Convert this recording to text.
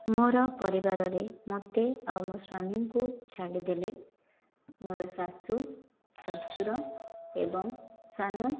ମୋର ପରିବାରରେ ମୋତେ ଆଉ ମୋ' ସ୍ଵାମୀଙ୍କୁ ଛାଡ଼ିଦେଲେ ମୋର ଶାଶୁ ଶ୍ଵଶୁର ଏବଂ ସାନ